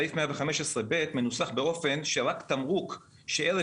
סעיף 115(ב) מנוסח באופן שרק תמרוק שערב